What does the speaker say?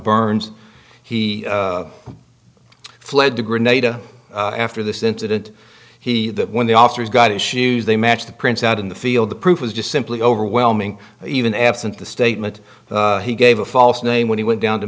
burns he fled to grenada after this incident he that when the officers got his shoes they matched the prints out in the field the proof was just simply overwhelming even absent the statement he gave a false name when he went down to